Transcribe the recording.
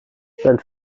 sein